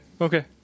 Okay